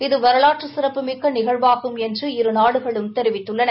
இது வரலாற்று சிறப்புமிக்க நிகழ்வாகும் என்று இரு நாடுகளும் தெரிவித்துள்ளன